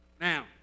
Now